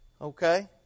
okay